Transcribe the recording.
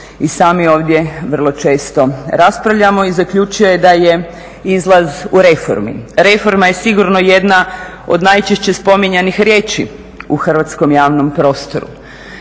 i sami ovdje vrlo često raspravljamo i zaključio je da je izlaz u reformi. Reforma je sigurno jedna od najčešće spominjanih riječi u hrvatskom javnom prostoru.